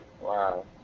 Wow